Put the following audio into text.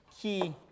key